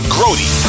Grody